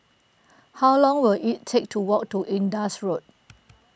how long will it take to walk to Indus Road